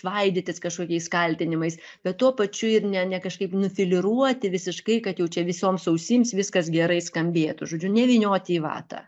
svaidytis kažkokiais kaltinimais bet tuo pačiu ir ne ne kažkaip nufiliruoti visiškai kad jau čia visoms ausims viskas gerai skambėtų žodžiu nevynioti į vatą